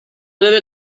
debe